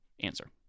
answer